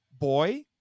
boy